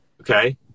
Okay